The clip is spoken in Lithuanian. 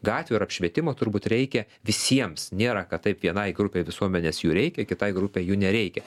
gatvių ir apšvietimo turbūt reikia visiems nėra kad taip vienai grupei visuomenės jų reikia kitai grupei jų nereikia